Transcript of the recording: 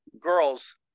girls